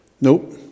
Nope